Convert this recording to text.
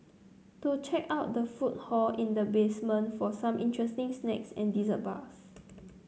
to check out the food hall in the basement for some interesting snacks and dessert bars